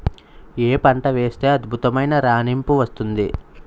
ఏ పంట వేస్తే అద్భుతమైన రాణింపు వస్తుంది?